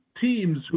teams